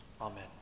Amen